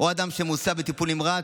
וגם אדם שמוסע בטיפול נמרץ,